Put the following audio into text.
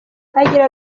agira